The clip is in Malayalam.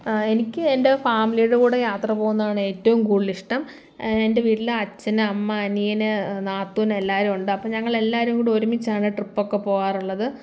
എനിക്ക് എൻ്റെ ഫാമിലിയുടെ കൂടെ യാത്ര പോകുന്നതാണ് ഏറ്റവും കൂടുതലിഷ്ടം എൻ്റെ വീട്ടിൽ അച്ഛൻ അമ്മ അനിയൻ നാത്തൂൻ എല്ലാവരുമുണ്ട് അപ്പോൾ ഞങ്ങളെല്ലാവരും കൂടെ ഒരുമിച്ചാണ് ട്രിപ്പ് ഒക്കെ പോകാറുള്ളത്